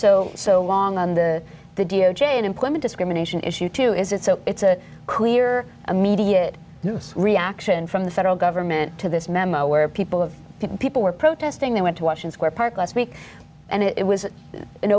so so long on the d o j and employment discrimination issue too is that so it's a clear immediate reaction from the federal government to this memo where people of people were protesting they went to washington where park last week and it was an